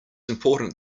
important